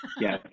Yes